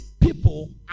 people